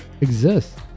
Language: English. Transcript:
exist